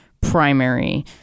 primary